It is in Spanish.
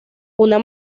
una